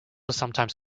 sometimes